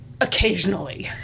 occasionally